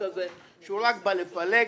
שהוא רק בא לפלג,